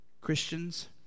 Christians